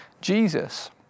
Jesus